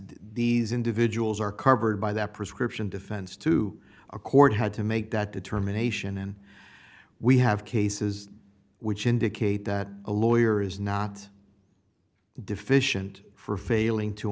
these individuals are covered by that prescription defense to a court had to make that determination and we have cases which indicate that a lawyer is not deficient for failing to